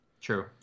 True